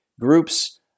Groups